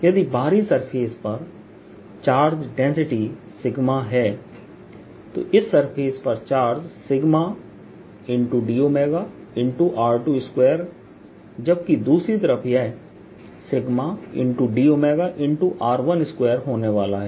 यदि बाहरी सरफेस पर चार्ज डेंसिटी सिगमा𝜎 है तो इस सरफेस पर चार्ज 𝜎dr22जबकि दूसरी तरफ यह 𝜎dr12 होने वाला है